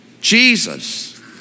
Jesus